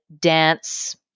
dance